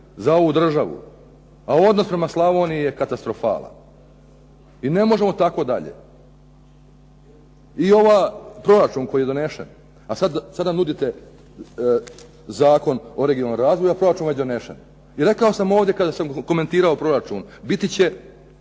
za ovu državu, a odnos prema Slavoniji je katastrofalan. I ne možemo tako dalje. I ovaj proračun koji je donešen, a sada nudite Zakon o regionalnom razvoju, a proračun je već donešen. I rekao sam ovdje kada sam komentirao proračun biti će